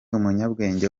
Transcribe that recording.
umunyabwenge